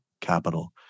capital